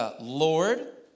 Lord